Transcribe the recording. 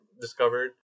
discovered